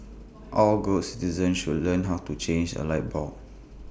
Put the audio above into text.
all good citizens should learn how to change A light bulb